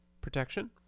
protection